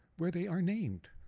where they are named.